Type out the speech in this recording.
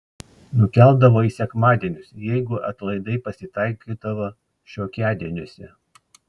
nukeldavo į sekmadienius jeigu atlaidai pasitaikydavo šiokiadieniuose